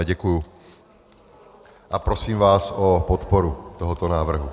Děkuji a prosím vás o podporu tohoto návrhu.